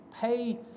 pay